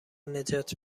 نجات